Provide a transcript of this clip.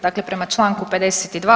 Dakle, prema čl. 52.